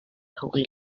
holy